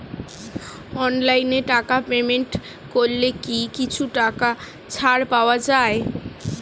অনলাইনে টাকা পেমেন্ট করলে কি কিছু টাকা ছাড় পাওয়া যায়?